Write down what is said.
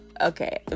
Okay